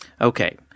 Okay